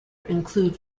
include